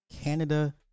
Canada